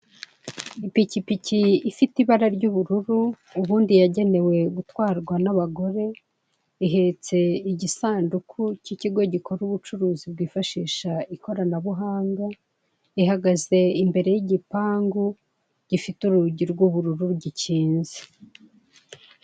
Ipikipiki ifite ibara ry'ubururu ubundi yagenewe gutwarwa n'abagore ihetse igisanduku k'ikigo gikora ubucuruzi bwifashisha ikoranabuhanga ihagaze imbere y'igipangu gifite urugi rw'ubururu gikinze.